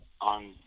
on